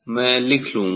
मैं लिख लूंगा